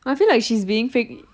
I feel like she's being fak~